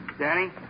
Danny